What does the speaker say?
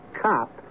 cop